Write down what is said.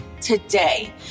today